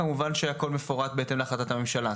כמובן שהכל מפורט בהתאם להחלטת הממשלה.